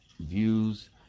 views